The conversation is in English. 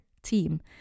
team